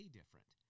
different